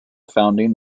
founding